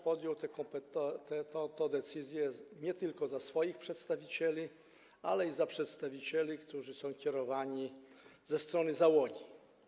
Podjęła tę decyzję nie tylko za swoich przedstawicieli, ale i za przedstawicieli, którzy są kierowani ze strony załogi.